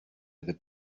other